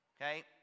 okay